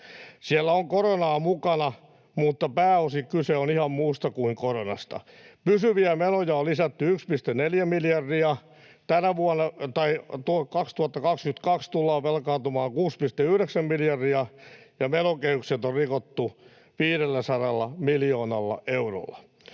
Siellä on koronaa mukana, mutta pääosin kyse on ihan muusta kuin koronasta. Pysyviä menoja on lisätty 1,4 miljardia, 2022 tullaan velkaantumaan 6,9 miljardia, ja menokehykset on rikottu 500 miljoonalla eurolla.